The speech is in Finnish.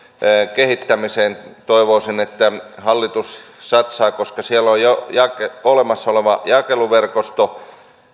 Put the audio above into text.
kehittämiseen toivoisin että hallitus satsaa koska siellä on jo olemassa oleva jakeluverkosto